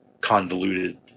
convoluted